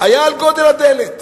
היה על גודל הדלת.